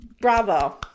Bravo